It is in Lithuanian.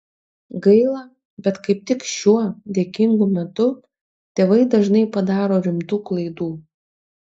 gaila bet kaip tik šiuo dėkingu metu tėvai dažnai padaro rimtų klaidų